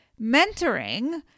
Mentoring